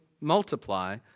multiply